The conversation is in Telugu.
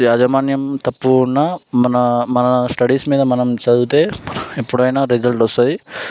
యాజమాన్యం తప్పు ఉన్న మన మన స్టడీస్ మీద మనం చదివితే ఎప్పుడైనా రిజల్ట్ వస్తుంది